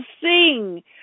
sing